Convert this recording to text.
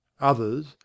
others